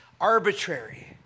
arbitrary